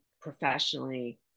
Professionally